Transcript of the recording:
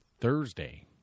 Thursday